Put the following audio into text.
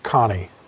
Connie